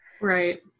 Right